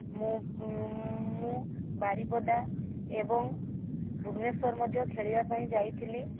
ମୁଁ ମୁଁ ବାରିପଦା ଏବଂ ଭୁବନେଶ୍ୱର ମଧ୍ୟ ଖେଳିବା ପାଇଁ ଯାଇଥିଲି